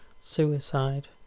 suicide